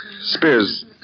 Spears